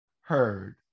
heard